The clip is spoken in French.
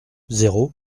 zéro